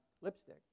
lipstick